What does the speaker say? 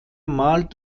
malt